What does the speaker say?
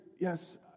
Yes